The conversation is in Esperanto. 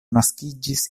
naskiĝis